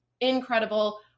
incredible